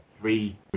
three